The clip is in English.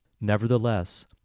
Nevertheless